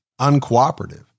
uncooperative